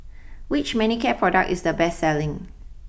which Manicare product is the best selling